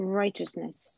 righteousness